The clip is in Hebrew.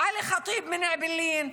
עלי חטיב מאעבלין,